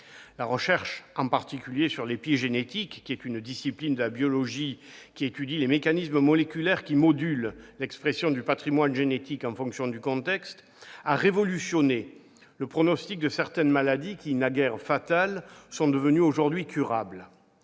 La recherche, en particulier sur l'épigénétique, discipline de la biologie qui étudie les mécanismes moléculaires modulant l'expression du patrimoine génétique en fonction du contexte, a révolutionné le pronostic de certaines maladies qui, naguère fatales, sont devenues aujourd'hui curables.